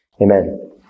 amen